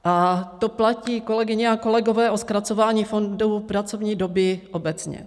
A to platí, kolegyně a kolegové, o zkracování fondu pracovní doby obecně.